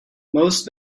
most